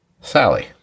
Sally